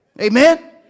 Amen